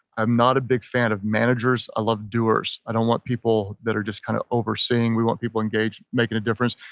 i'm not a big fan of managers. i love doers. i don't want people that are just kind of overseeing we want people engaged, making a difference.